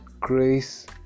grace